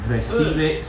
Recibe